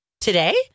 Today